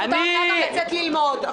זכותם אחר כך לצאת ללמוד.